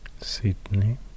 Sydney